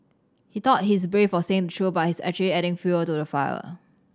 he thought he's brave for saying the truth but he's actually just adding fuel to the fire